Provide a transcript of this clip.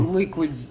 liquid